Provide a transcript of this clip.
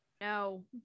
No